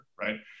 Right